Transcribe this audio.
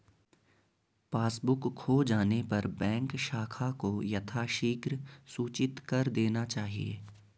passbook खो जाने पर बैंक शाखा को यथाशीघ्र सूचित कर देना चाहिए